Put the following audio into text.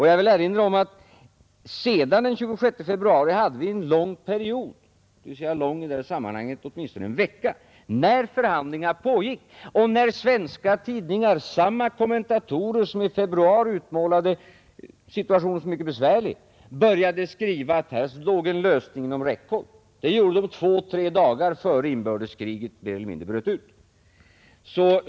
Jag vill erinra om att vi efter den 26 februari hade en lång period — dvs. lång i detta sammanhang, åtminstone en vecka — när förhandlingar pågick och när svenska tidningar, samma kommentatorer som i februari utmålat situationen som mycket besvärlig, började skriva att en lösning låg inom räckhåll, det gjorde de två tre dagar innan inbördeskriget mer eller mindre bröt ut.